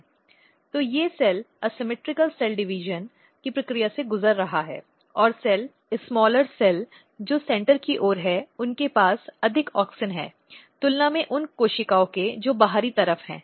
तो ये सेल असममित सेल डिवीजन की प्रक्रिया से गुजर रहा है और सेल छोटा सेल जो केंद्र की ओर है उनके पास अधिक ऑक्सिन हैं तुलना में उन कोशिकाओं की जो बाहरी तरफ हैं